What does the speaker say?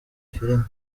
filime